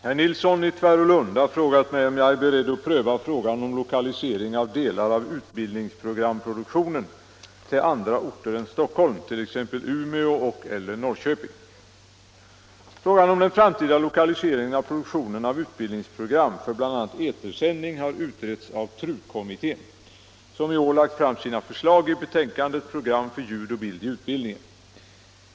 Herr talman! Herr Nilsson i Tvärålund har frågat mig om jag är beredd att pröva frågan om lokalisering av delar av utbildningsprogramproduktionen till andra orter än Stockholm, t.ex. Umeå och/eller Norrköping. Frågan om den framtida lokaliseringen av produktionen av utbildningsprogram för bl.a. etersändning har utretts av TRU-kommittén, som i år lagt fram sina förslag i betänkandet Program för ljud och bild i utbildningen.